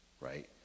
right